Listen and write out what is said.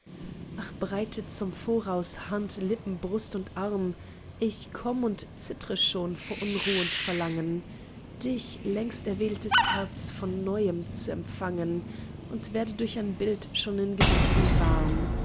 ach breite zum voraus hand lippen brust und arm ich komm und zittre schon vor unruh und verlangen dich längst erwähltes herz von neuem zu umfangen und werde durch ein bild schon in gedanken warm